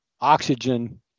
oxygen